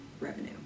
revenue